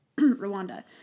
Rwanda